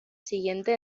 siguiente